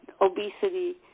obesity